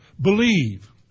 believe